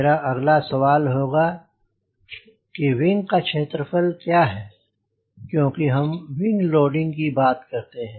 मेरा अगला सवाल होगा कि विंग का क्षेत्र फल क्या है क्योंकि हम विंग लोडिंग की बात करते हैं